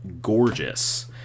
gorgeous